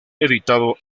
editado